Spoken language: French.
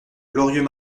glorieux